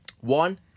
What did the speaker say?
One